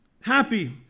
happy